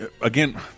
again